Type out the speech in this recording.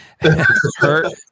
hurt